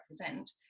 represent